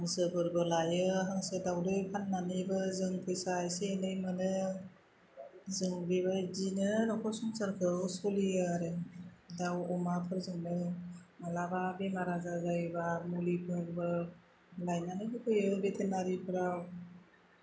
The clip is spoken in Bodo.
हांसोफोरबो लायो हांसो दाउदै फाननानैबो जों फैसा एसे एनै मोनो जों बेबायदिनो नखर संसारखौ सोलियो आरो दाउ अमाफोरजोंनो मालाबा बेमार आजार जायोबा मुलिफोरबो लायनानै होफैयो भेटेनारिफ्राव